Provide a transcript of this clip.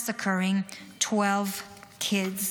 massacring 12 kids.